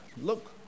look